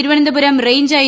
Thiruvananthapuram range I